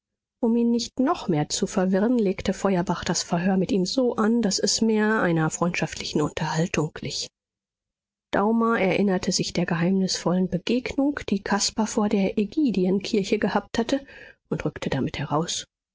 um ihn nicht noch mehr zu verwirren legte feuerbach das verhör mit ihm so an daß es mehr einer freundschaftlichen unterhaltung glich daumer erinnerte sich der geheimnisvollen begegnung die caspar vor der egydienkirche gehabt hatte und rückte damit heraus